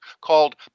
called